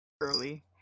early